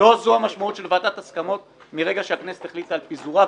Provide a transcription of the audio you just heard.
לא זו המשמעות של ועדת הסכמות מרגע שהכנסת החליטה על פיזורה.